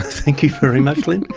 thank you very much lynne.